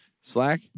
Slack